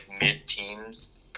mid-teams